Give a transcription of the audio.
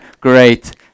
great